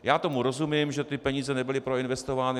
Já tomu rozumím, že ty peníze nebyly proinvestovány.